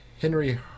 Henry